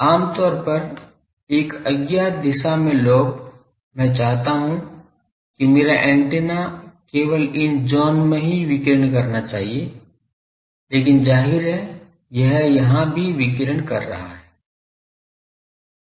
आम तौर पर एक अज्ञात दिशा में लोब मैं चाहता हूं कि मेरा एंटीना केवल इन ज़ोन में ही विकीर्ण करना चाहिए लेकिन जाहिर है यह यहां भी विकीर्ण हो रहा है